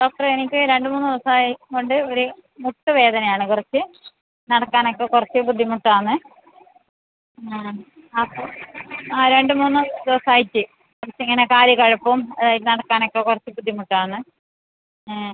ഡോക്ടറെ എനിക്ക് രണ്ട് മൂന്ന് ദിവസം ആയി കൊണ്ട് ഒര് മുട്ടുവേദന ആണ് കുറച്ച് നടക്കാൻ ഒക്കെ കുറച്ച് ബുദ്ധിമുട്ടാണ് ആ അപ്പോൾ ആ രണ്ട് മൂന്ന് ദിവസം ആയിട്ട് എനിക്ക് ഇങ്ങനെ കാല് കഴപ്പും നടക്കാനൊക്കെ കുറച്ച് ബുദ്ധിമുട്ടാണ് ആ